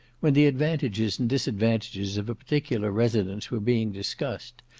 when the advantages and disadvantages of a particular residence were being discussed,